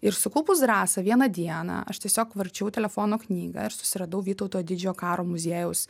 ir sukaupus drąsą vieną dieną aš tiesiog varčiau telefono knygą ir susiradau vytauto didžiojo karo muziejaus